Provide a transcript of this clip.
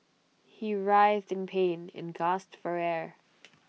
he writhed in pain and gasped for air